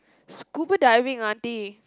scuba diving auntie